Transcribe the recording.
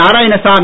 Narayanasamy